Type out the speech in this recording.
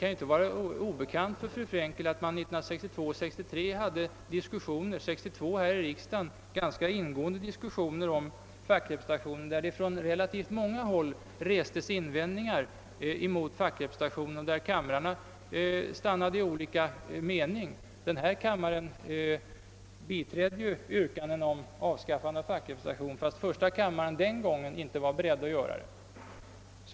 Det kan inte vara obekant för fru Frankel, att man 1962 och 1963 hade diskussioner — 1962 här i riksdagen ganska ingående diskussioner — om fackrepresentationen, där det från relativt många håll restes invändningar mot fackrepresentationen och där kamrarna stannade i olika beslut. Denna kammare biträdde yrkandena om avskaffande av fackrepresentationen, men första kammaren var den gången inte beredd att göra det.